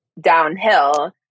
downhill